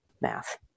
math